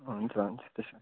हुन्छ हुन्छ त्यसो हो भने